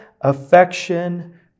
affection